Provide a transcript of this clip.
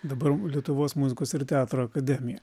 dabar lietuvos muzikos ir teatro akademija